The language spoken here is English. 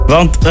Want